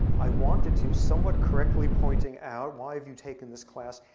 i wanted to, somewhat correctly pointing out, why have you taken this class?